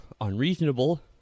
unreasonable